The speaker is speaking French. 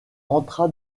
entra